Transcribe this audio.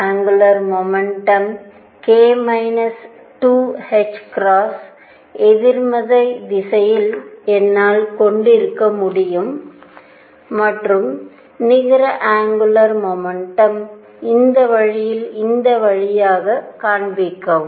angular momentum k 2ℏ எதிர்மறை திசையில் என்னால் கொண்டிருக்க முடியும் மற்றும் நிகர அங்குலார் மொமெண்டம் இந்த வழியில் இந்த வழியை காண்பிக்கவும்